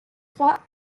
trois